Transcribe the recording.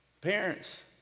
Parents